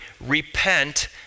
repent